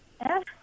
yes